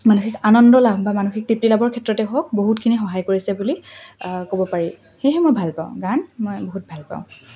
মানসিক আনন্দ লাভ বা মানসিক তৃপ্তি লাভৰ ক্ষেত্ৰতে হওক বহুতখিনি সহায় কৰিছে বুলি ক'ব পাৰি সেয়েহে মই ভালপাওঁ গান মই বহুত ভালপাওঁ